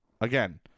again